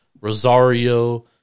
Rosario